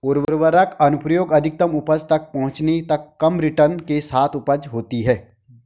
उर्वरक अनुप्रयोग अधिकतम उपज तक पहुंचने तक कम रिटर्न के साथ उपज होती है